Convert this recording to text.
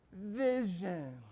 vision